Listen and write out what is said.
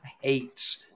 hates